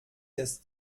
des